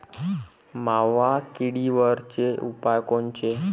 मावा किडीवरचे उपाव कोनचे?